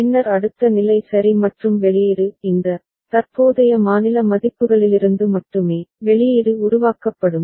பின்னர் அடுத்த நிலை சரி மற்றும் வெளியீடு இந்த தற்போதைய மாநில மதிப்புகளிலிருந்து மட்டுமே வெளியீடு உருவாக்கப்படும்